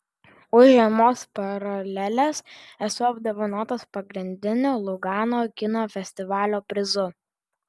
už žiemos paraleles esu apdovanotas pagrindiniu lugano kino festivalio prizu